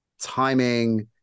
timing